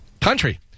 Country